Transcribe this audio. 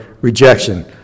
rejection